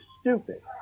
stupid